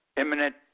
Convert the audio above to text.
imminent